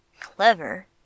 Clever